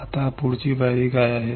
आता पुढील पायरी काय आहे